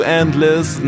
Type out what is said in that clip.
endless